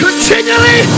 Continually